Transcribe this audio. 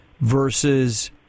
versus